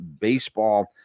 baseball